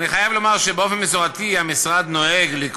אני חייב לומר שבאופן מסורתי המשרד נוהג להתנגד